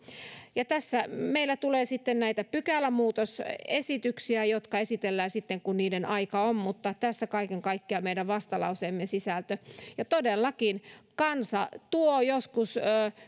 tässä meillä tulee sitten näitä pykälämuutosesityksiä jotka esitellään sitten kun niiden aika on mutta tässä kaiken kaikkiaan meidän vastalauseemme sisältö ja todellakin kansa tuo joskus